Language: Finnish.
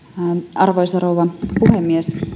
arvoisa rouva puhemies